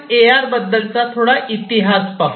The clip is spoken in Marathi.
आपण ए आर बद्दलचा थोडा इतिहास पाहू